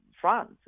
France